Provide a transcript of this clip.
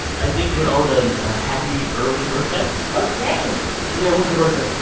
i think you're owed a happy early birthday oh, thanks yeah, when's your birthday?